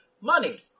Money